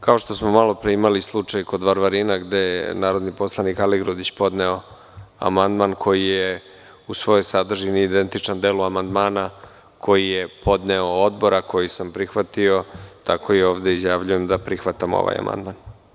Kao što smo malo pre imali slučaj kod Varvarina gde je narodni poslanik Aligrudić podneo amandman koji je u svojoj sadržini identičan delu amandmana koji je podneo Odbor, a koji sam prihvatio, tako i ovde izjavljujem da prihvatam ovaj amandman.